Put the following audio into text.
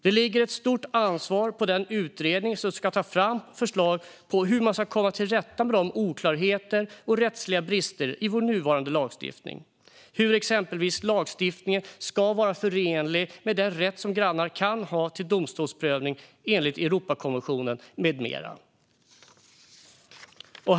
Det ligger ett stort ansvar på utredningen som ska ta fram förslag på hur man ska komma till rätta med oklarheter och rättsliga brister i vår nuvarande lagstiftning, exempelvis hur lagstiftningen ska vara förenlig med den rätt som grannar kan ha till domstolsprövning enligt Europakonventionen med mera.